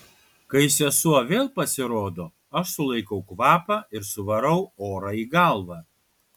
kai sesuo vėl pasirodo aš sulaikau kvapą ir suvarau orą į galvą